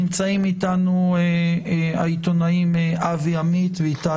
נמצאים אתנו העיתונאים אבי עמית ואיתי